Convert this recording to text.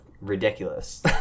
ridiculous